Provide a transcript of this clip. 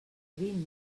vint